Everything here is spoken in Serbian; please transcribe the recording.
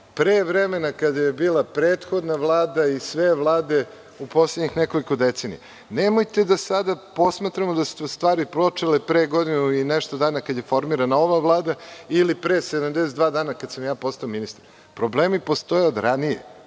pre vremena kada je bila prethodna Vlada i sve vlade u poslednjih nekoliko decenija. Nemojte da sada posmatramo da su u stvari počele pre godinu i nešto dana, kada je formirana ova Vlada, ili pre 72 dana, kada sam ja postao ministar. Problemi postoje od ranije.